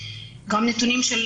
גם נתונים של